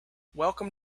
welcome